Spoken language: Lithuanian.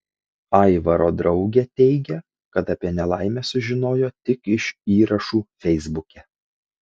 aivaro draugė teigia kad apie nelaimę sužinojo tik iš įrašų feisbuke